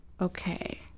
Okay